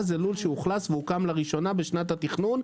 זה לול שאוכלס והוקם לראשונה בשנת התכנון,